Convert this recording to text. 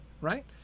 right